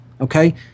okay